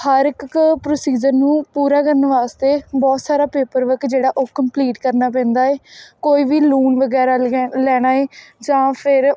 ਹਰ ਇੱਕ ਪ੍ਰੋਸੀਜਰ ਨੂੰ ਪੂਰਾ ਕਰਨ ਵਾਸਤੇ ਬਹੁਤ ਸਾਰਾ ਪੇਪਰ ਵਰਕ ਜਿਹੜਾ ਉਹ ਕੰਪਲੀਟ ਕਰਨਾ ਪੈਂਦਾ ਏ ਕੋਈ ਵੀ ਲੋਨ ਵਗੈਰਾ ਲੀਏ ਲੈਣਾ ਹੈ ਜਾਂ ਫਿਰ